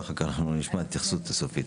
ואחר כך נשמע את ההתייחסות הסופית.